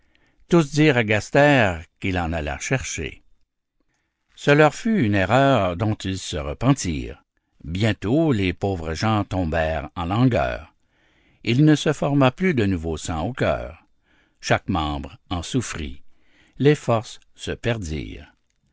tous dirent à gaster qu'il en allât chercher ce leur fut une erreur dont ils se repentirent bientôt les pauvres gens tombèrent en langueur il ne se forma plus de nouveau sang au cœur chaque membre en souffrit les forces se perdirent